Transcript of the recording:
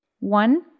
One